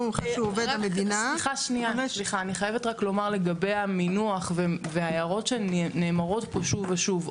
אני חייבת לומר לגבי המינוח וההערות שנאמרות פה שוב ושוב.